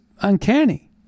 uncanny